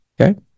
okay